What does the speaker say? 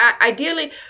ideally